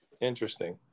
Interesting